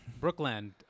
Brooklyn